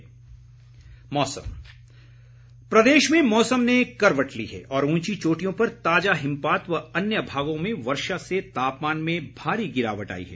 मौसम प्रदेश में मौसम ने करवट ली है और ऊंची चोटियों पर ताजा हिमपात व अन्य भागों में वर्षा से तापमान में भारी गिरावट आई है